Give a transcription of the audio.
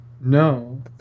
No